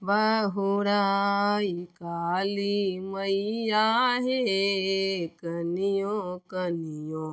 बहुराय काली मैया हेऽ कनियो कनियो